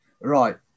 Right